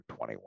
21